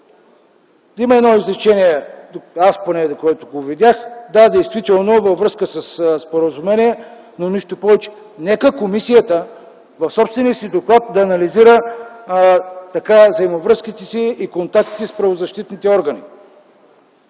Има едно изречение, аз поне което видях, действително във връзка със споразумение, но нищо повече. Нека комисията в собствения си доклад да анализира взаимовръзките и контактите си с правозащитните органи.